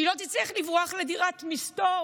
שהיא לא תצטרך לברוח לדירת מסתור